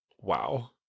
wow